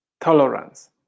tolerance